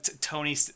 Tony